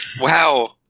wow